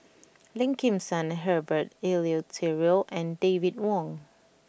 Lim Kim San Herbert Eleuterio and David Wong